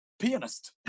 pianist